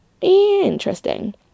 Interesting